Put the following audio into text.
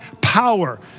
power